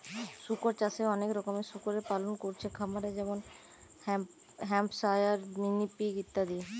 শুকর চাষে অনেক রকমের শুকরের পালন কোরছে খামারে যেমন হ্যাম্পশায়ার, মিনি পিগ ইত্যাদি